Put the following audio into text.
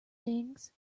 things